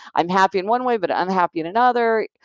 i'm happy in one way, but unhappy in another.